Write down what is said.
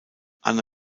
anna